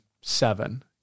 seven